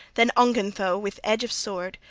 then ongentheow with edge of sword,